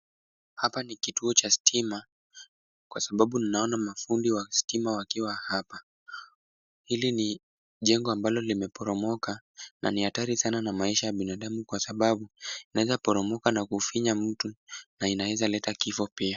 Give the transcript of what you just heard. Hapa ni kituo cha stima. Kwa sababu ninaona mafundi wa stima wakiwa hapa. Hili ni jengo ambalo limeporomoka na ni hatari sana na maisha ya binadamu kwa sababu linaweza poromoka na kumfinya mtu, na inaweza leta kifo pia.